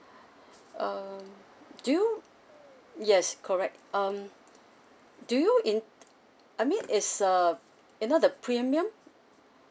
um do you yes correct um do you in I mean it's a you know the premium